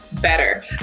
better